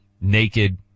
naked